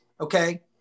okay